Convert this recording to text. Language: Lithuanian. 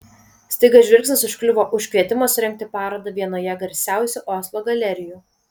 staiga žvilgsnis užkliuvo už kvietimo surengti parodą vienoje garsiausių oslo galerijų